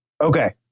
Okay